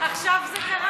עכשיו זה קרה.